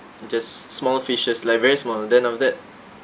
just small fishes like very small then after that